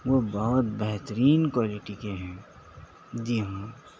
وہ بہت بہترین کوالٹی کے ہیں جی ہاں